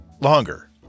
longer